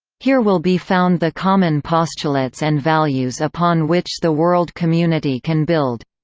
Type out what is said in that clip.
here will be found the common postulates and values upon which the world community can build.